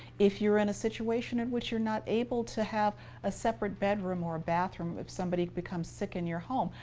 if you're in a situation in which you're not able to have a separate bedroom or a bathroom, if somebody becomes sick in your home,